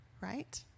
right